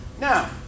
Now